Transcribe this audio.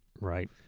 Right